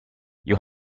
you